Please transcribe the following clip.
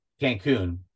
Cancun